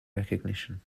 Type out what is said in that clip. recognition